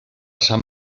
sant